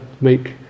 make